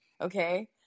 Okay